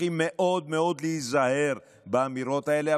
וצריכים מאוד להיזהר באמירות האלה.